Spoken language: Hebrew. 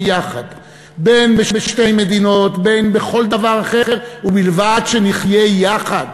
בין בשתי מדינות ובין בכל דבר אחר ובלבד שנחיה יחד,